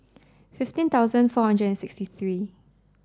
fifteen thousand four hundred and sixty three